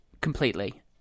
completely